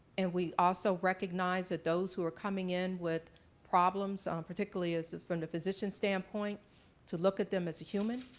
and we also recognize that those who are coming in with problems um particularly from the physician standpoint to look at them as a human,